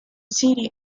city